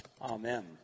Amen